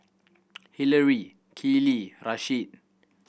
Hillary Keeley Rasheed